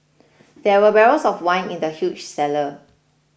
there were barrels of wine in the huge cellar